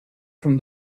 from